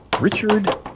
Richard